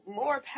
more